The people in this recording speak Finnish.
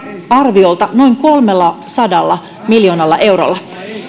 arviolta noin kolmellasadalla miljoonalla eurolla